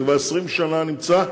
זה כבר 20 שנה נמצא,